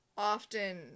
often